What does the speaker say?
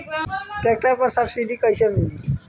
Tractor पर subsidy कैसे मिली?